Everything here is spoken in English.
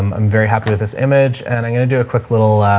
i'm very happy with this image and i'm going to do a quick little, ah,